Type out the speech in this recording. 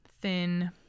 thin